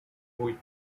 oui